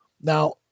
Now